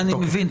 אני מבין.